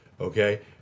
okay